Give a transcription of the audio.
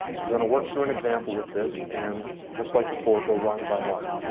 i'm gonna work through an example with this and just like before, go line by line.